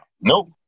Nope